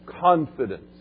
confidence